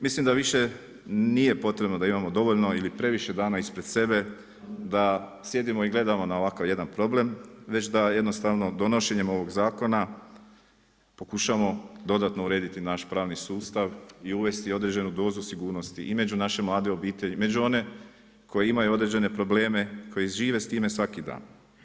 Mislim da više nije potrebno da imamo dovoljno ili previše dana ispred sebe da sjedimo i gledamo na ovakav jedan problem, već da jednostavno donošenjem ovog zakona pokušamo dodatno urediti naš pravni sustav i uvesti određenu dozu sigurnosti i među naše mlade obitelji, među one koji imaju određene probleme, koji žive s time svaki dan.